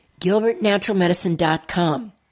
gilbertnaturalmedicine.com